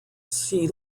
see